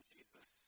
Jesus